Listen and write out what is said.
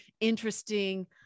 interesting